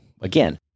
again